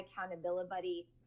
accountability